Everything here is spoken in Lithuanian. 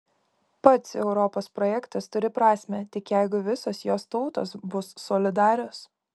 pats europos projektas turi prasmę tik jeigu visos jos tautos bus solidarios